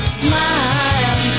smile